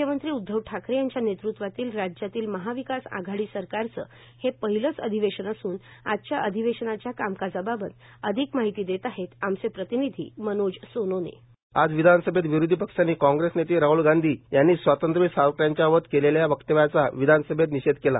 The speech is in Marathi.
मुख्यमंत्री उद्धव ठाकरे यांच्या नेतृत्वातील राज्यातील महाविकास आघाडी सरकारचं हे पहिलच अधिवेशन असून आजच्या अधिवेशनाच्या कामकाजाबाबत अधिक माहिती देत आहेत आमचे प्रतिनिधी मनोज सोनोने बाईट आज विधानसभेत विरोधी पक्षांनी कांग्रेस नेते राहल गांधी यांनी स्वातंत्र्यवीर सावरकर यांच्या बाबत केलेल्या वक्तव्याचा विधानसभेत निषेध केला